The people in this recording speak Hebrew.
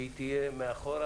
שהיא תהיה מאחורה,